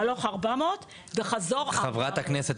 הלוך 400 וחזור 400. חברת הכנסת,